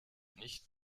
nicht